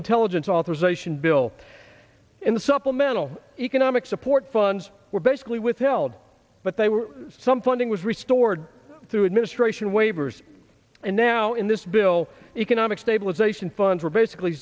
intelligence authorization bill in the supplemental economic support funds were basically withheld but they were some funding was restored through administration waivers and now in this bill economic stabilization fund for basically